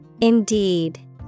Indeed